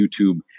YouTube